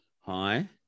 hi